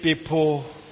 people